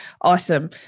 Awesome